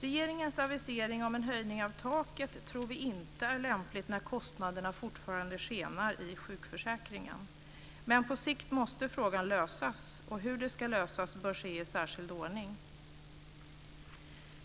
Den av regeringen aviserade höjningen av taket tror vi inte är lämplig när kostnaderna fortfarande skenar i sjukförsäkringen. Men på sikt måste frågan lösas. Hur det ska ske bör lösas i särskild ordning.